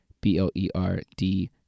B-L-E-R-D